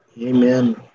Amen